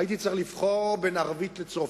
הייתי צריך לבחור בין ערבית לצרפתית.